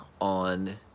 on